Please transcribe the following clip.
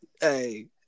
Hey